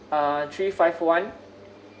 uh three five one